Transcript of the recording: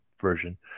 version